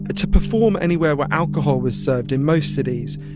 ah to perform anywhere where alcohol was served in most cities,